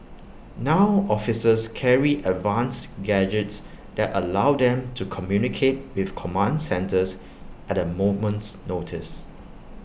now officers carry advanced gadgets that allow them to communicate with command centres at A moment's notice